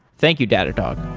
thank you, datadog